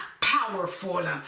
powerful